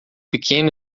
pequeno